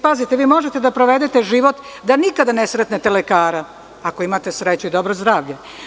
Pazite, vi možete da provedete život da nikada ne sretnete lekara, ako imate sreću i dobro zdravlje.